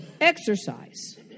exercise